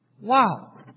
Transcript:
Wow